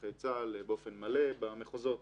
נכי צה"ל באופן מלא במחוזות.